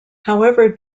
however